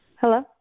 Hello